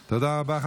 תודה, תודה רבה.